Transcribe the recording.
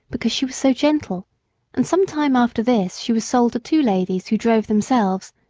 because she was so gentle and some time after this she was sold to two ladies who drove themselves,